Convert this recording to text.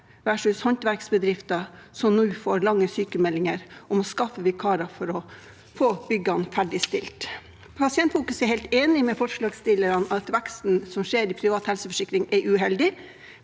versus håndverksbedrifter som nå får lange sykemeldinger og må skaffe vikarer for å få byggene ferdigstilt. Pasientfokus er helt enig med forslagsstillerne i at veksten som skjer i privat helseforsikring, er uheldig,